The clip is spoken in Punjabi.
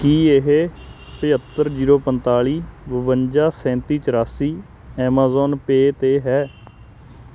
ਕੀ ਇਹ ਪੰਝੱਤਰ ਜੀਰੋ ਪੰਤਾਲੀ ਬਵੰਜਾ ਸੈਂਤੀ ਚੁਰਾਸੀ ਐਮਾਜ਼ਾਨ ਪੈ 'ਤੇ ਹੈ